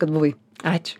kad buvai ač